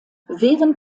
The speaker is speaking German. während